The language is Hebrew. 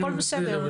הכול בסדר.